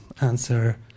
answer